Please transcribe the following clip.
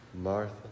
Martha